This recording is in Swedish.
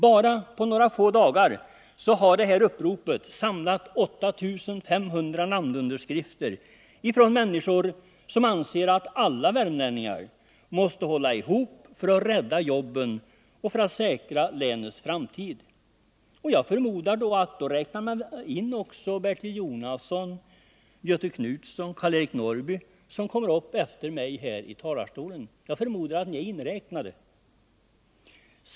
Bara på några få dagar har det här uppropet samlat 8 500 namnunderskrifter från människor som anser att alla värmlänningar måste hålla ihop för att rädda jobben och för att säkra länets framtid. Jag förmodar att man kan räkna in även Bertil Jonasson, Göthe Knutson och Karl-Eric Norrby, vilka kommer upp i talarstolen efter mig. Jag antar alltså att även ni är inräknade.